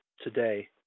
today